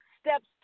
steps